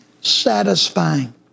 satisfying